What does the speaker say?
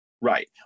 Right